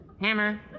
Hammer